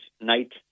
Night